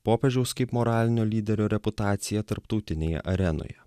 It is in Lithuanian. popiežiaus kaip moralinio lyderio reputaciją tarptautinėje arenoje